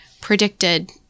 predicted